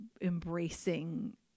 embracing